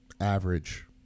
Average